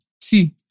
See